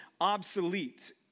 obsolete